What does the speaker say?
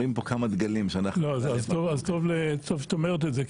אז טוב שאת אומרת את זה,